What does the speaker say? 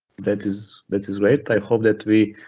that is that is right. i hope that we